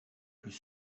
plus